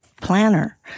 planner